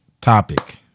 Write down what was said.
Topic